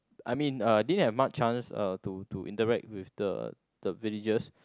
I mean uh I didn't have much chance uh to to interact with the the villagers